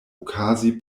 okazi